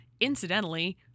incidentally